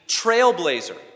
trailblazer